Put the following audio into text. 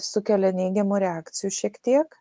sukelia neigiamų reakcijų šiek tiek